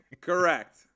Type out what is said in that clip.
Correct